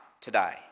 today